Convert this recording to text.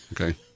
Okay